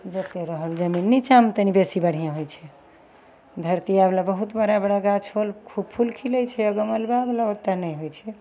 जतेक रहल जमीन निचाँमे तनि बेसी बढ़िआँ होइ छै धरती आओरवला बहुत बड़ा बड़ा गाछ होल खूब फूल खिलै छै आओर गमलावला ओतेक नहि होइ छै